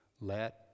let